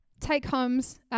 take-homes